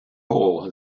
hole